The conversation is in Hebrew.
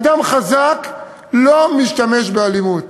אדם חזק לא משתמש באלימות.